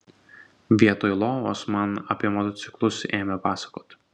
vietoj lovos man apie motociklus ėmė pasakot